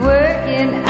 Working